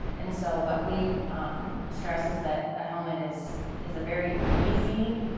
and so what we stress is that a helmet is is a very easy,